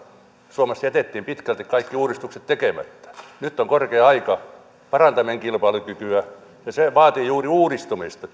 suomessa jätettiin pitkälti kaikki uudistukset tekemättä nyt on korkea aika parantaa meidän kilpailukykyämme ja se vaatii juuri uudistumista